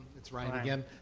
it's ryan again.